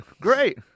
Great